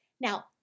Now